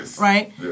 right